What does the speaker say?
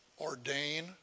ordain